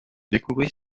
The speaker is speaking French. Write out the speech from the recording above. découvrit